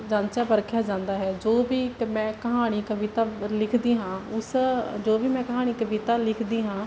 ਜਾਂਚਿਆ ਪਰਖਿਆ ਜਾਂਦਾ ਹੈ ਜੋ ਵੀ ਅਤੇ ਮੈਂ ਕਹਾਣੀ ਕਵਿਤਾ ਲਿਖਦੀ ਹਾਂ ਉਸ ਜੋ ਵੀ ਮੈਂ ਕਹਾਣੀ ਕਵਿਤਾ ਲਿਖਦੀ ਹਾਂ